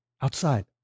outside